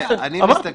אמרתי,